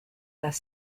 las